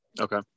okay